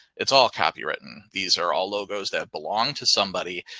it's all copywritten. these are all logos that belong to somebody.